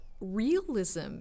realism